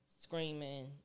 screaming